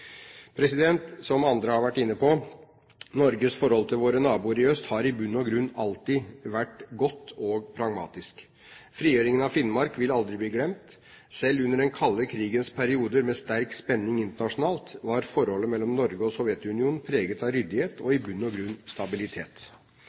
grunn alltid vært godt og pragmatisk. Frigjøringen av Finnmark vil aldri bli glemt. Selv under den kalde krigens periode, med sterk spenning internasjonalt, var forholdet mellom Norge og Sovjetunionen preget av ryddighet og,